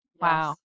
Wow